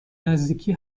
نزدیکی